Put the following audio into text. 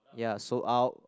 ya sold out